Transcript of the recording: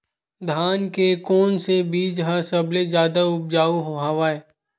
धान के कोन से बीज ह सबले जादा ऊपजाऊ हवय?